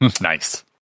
Nice